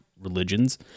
religions